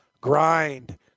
grind